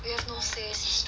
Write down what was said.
没有 thursday